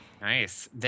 Nice